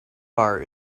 bar